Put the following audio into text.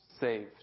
saved